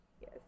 Yes